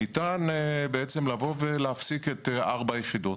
ניתן להפסיק את 4 היחידות.